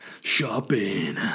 shopping